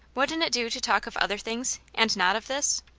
wouldn't it do to talk of other things, and not of this?